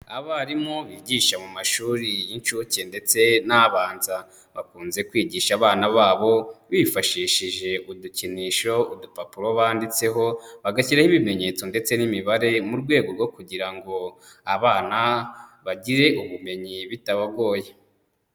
Abarimu bigisha mu mashuri y'inshuke ndetse n'abanza, bakunze kwigisha abana babo bifashishije udukinisho, udupapuro banditseho bagashyiraho ibimenyetso ndetse n'imibare, mu rwego rwo kugira ngo abana bagire ubumenyi bitabagoye.